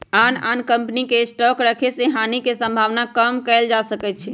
आन आन कम्पनी के स्टॉक रखे से हानि के सम्भावना कम कएल जा सकै छइ